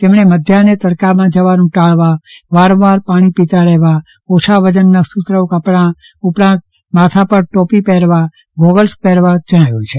તેમણે મધ્યાહને તડકામાં જવાનું ટાળવા વારંવાર પાણી પીતાં રહેવુંઓછા વજનના સુતરાઉ કપડાઉપરાંત માથા પર ટોપી પહેરવાગોગલ્સ પહેરવા જજ્ઞાવ્યું છે